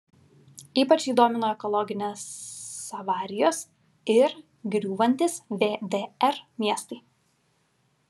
ypač jį domino ekologinės avarijos ir griūvantys vdr miestai